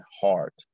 heart